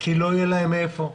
כי לא יהיה להם מאיפה.